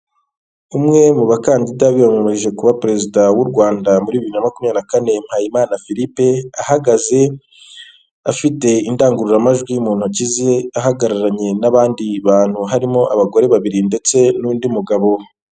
Umwe mu bakandida biyamamarije kuba perezida w'u Rwanda muri bibiri na makumyabiri na Kane Mpayimana filipe ahagaze afite indangururamajwi mu ntoki ze ahagararanye n'abandi bantu harimo abagore babiri ndetse n'undi mugabo we.